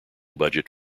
budget